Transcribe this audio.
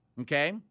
okay